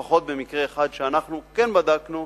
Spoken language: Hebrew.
לפחות במקרה אחד שאנחנו כן בדקנו,